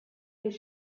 his